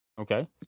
okay